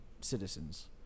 citizens